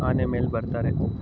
ಆನೆ ಮೇಲೆ ಬರ್ತಾರೆ